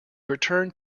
returned